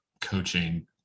coaching